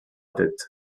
tête